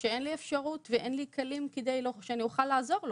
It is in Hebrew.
כשאין לי אפשרות ואין לי כלים כדי שאני אוכל לעזור לו.